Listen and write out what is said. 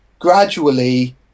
gradually